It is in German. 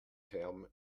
term